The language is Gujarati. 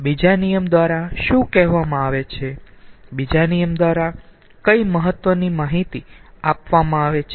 બીજા નિયમ દ્વારા શું કહેવામાં આવે છે બીજા નિયમ દ્વારા કઈ મહત્વની માહિતી આપવામાં આવે છે